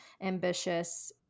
ambitious